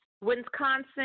Wisconsin